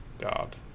god